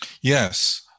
Yes